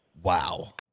Wow